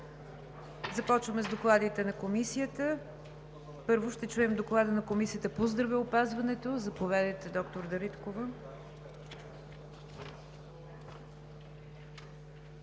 Започваме с докладите на комисиите. Първо ще чуем Доклада на Комисията по здравеопазването. Заповядайте, доктор Дариткова.